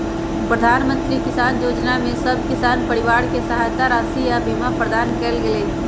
प्रधानमंत्री किसान जोजना में सभ किसान परिवार के सहायता राशि आऽ बीमा प्रदान कएल गेलई ह